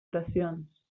oracions